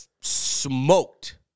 smoked